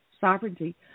sovereignty